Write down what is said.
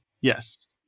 yes